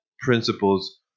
principles